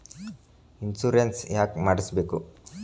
Insurance ಯಾಕ್ ಮಾಡಿಸಬೇಕು?